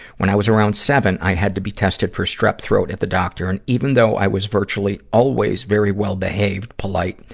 when i was around seven, i had to be tested for strep throat at the doctor. and even though i was virtually always very well-behave, polite,